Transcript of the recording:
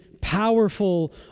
powerful